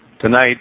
tonight